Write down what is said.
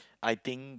I think